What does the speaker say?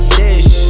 dish